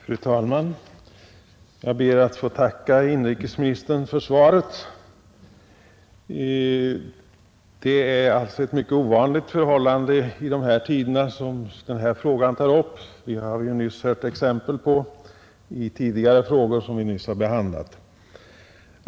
Fru talman! Jag ber att få tacka inrikesministern för svaret. Denna fråga tar upp ett i dessa tider mycket ovanligt förhållande. Vi har nyss hört exempel på detta i tidigare frågor som vi behandlat.